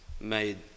made